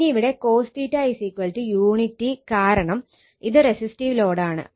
ഇനി ഇവിടെ cos unity കാരണം ഇത് റസിസ്റ്റീവ് ലോഡ് ആണ്